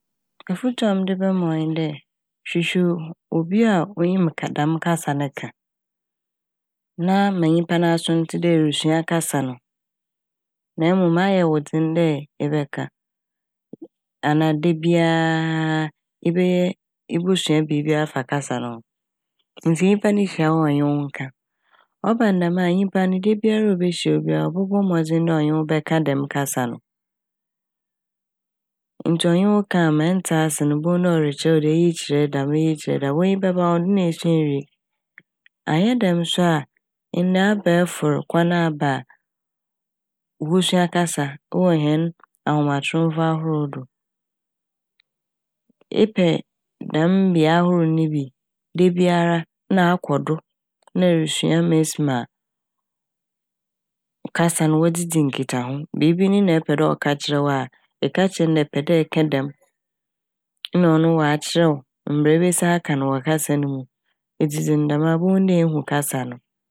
Afotu a mede bɛma wo nye dɛ hwehwɛ ob- obi a onyim ka -dɛm kasa ne ka na ma n'aso ntse dɛ erusua kasa no na mom ɔyɛ wo dzen dɛ ebɛka anaa dabiaaaa ebɛyɛ ebosua biibi afa kasa no ho ntsi nyimpa no hyia wo ɔnye wo nka. Ɔba no dɛm a nyimpa no dabiara a obehyia wo ɔbɔbɔ mbɔdzen dɛ ɔnye wo bɛka dɛm kasa no. Ntsi ɔnye wo ka a ma ɛnntse ase no ibohu na ɔrekyerɛ wo dɛ iyi kyerɛ dɛm, iyi kyerɛ dɛm w'enyi bɛba wo ho do n' na esua ewie. Annyɛ dɛm so a ndɛ abɛefor kwan aba a wosua kasa wɔ hɛn ahomatrofo ahorow do. Epɛ dɛm mbea ahorow ne bi dabiara na akɔ do na erusua mesi ma kasa n' wɔdze dzi nkitsaho. Biibi nyi na epɛdɛ ɔkakyerɛ wo a ekakyerɛ n' dɛ ɛpɛ dɛ eka dɛm nna ɔno ɔakyerɛ wo mbrɛ ebesi aka n' wɔ kasa no mu, edzedze ne dɛmaa na ehu kasa no.